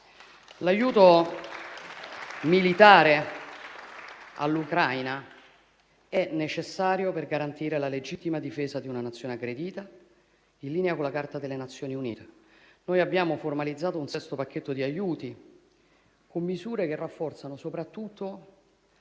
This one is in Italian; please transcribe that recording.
L'aiuto militare all'Ucraina è necessario per garantire la legittima difesa di una Nazione aggredita, in linea con la Carta delle Nazioni Unite. Abbiamo formalizzato un sesto pacchetto di aiuti con misure che rafforzano soprattutto